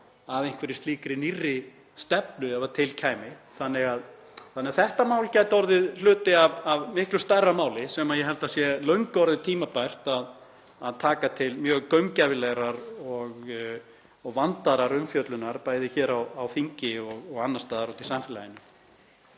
af einhverri slíkri nýrri stefnu ef til kæmi. Þetta mál gæti því orðið hluti af miklu stærra máli sem ég held að sé löngu orðið tímabært að taka til mjög gaumgæfilegrar og vandaðrar umfjöllunar, bæði hér á þingi og annars staðar í samfélaginu.